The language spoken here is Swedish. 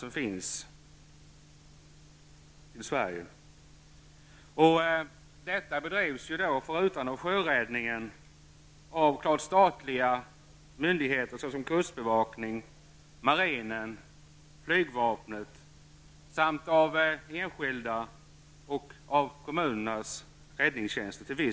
Sjöräddningsverksamheten bedrivs förutom av sjöräddningen av statliga myndigheter som kustbevakningen, marinen och flygvapnet samt av enskilda och till viss del av kommunernas räddningstjänst.